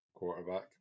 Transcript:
Quarterback